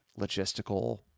logistical